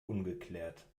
ungeklärt